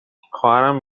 خواهرم